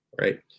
right